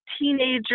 teenager